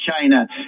China